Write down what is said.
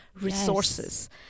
resources